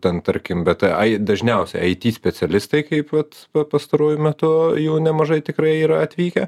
ten tarkim bet ai dažniausiai it specialistai kaip vat pastaruoju metu jau nemažai tikrai yra atvykę